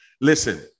listen